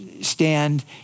stand